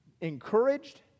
encouraged